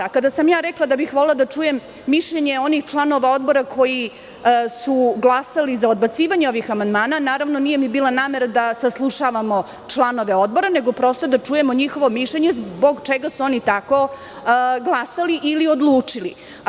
Kada sam ja rekla da bih volela da čujem mišljenje onih članova odbora koji su glasali za odbacivanje ovih amandmana, naravno, nije mi bila namera da saslušavamo članove odbora, nego prosto da čujemo njihovo mišljenje, zbog čega su oni tako glasali ili odlučili.